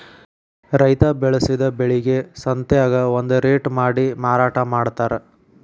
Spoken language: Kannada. ರೈತಾ ಬೆಳಸಿದ ಬೆಳಿಗೆ ಸಂತ್ಯಾಗ ಒಂದ ರೇಟ ಮಾಡಿ ಮಾರಾಟಾ ಮಡ್ತಾರ